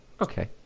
Okay